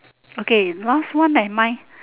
okay last one like mine